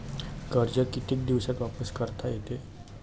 कर्ज कितीक दिवसात वापस करता येते?